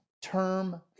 term